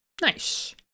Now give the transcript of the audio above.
Nice